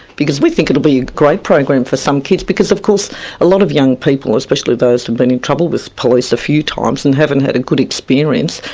because we think it'll be a great program for some kids, because of course a lot of young people, especially those who've and been in trouble with police a few times, and haven't had a good experience,